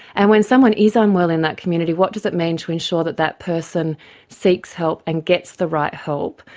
and when someone is ah unwell in that community, what does it mean to ensure that that person seeks help and gets the right help?